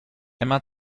emma